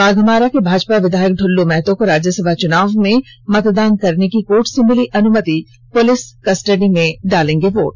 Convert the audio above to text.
बाघमारा के भाजपा विधायक दुल्लू महतो को राज्यसभा चुनाव में मतदान करने की कोर्ट से मिली अनुमति पुलिस कस्टडी में डालेंगे वोट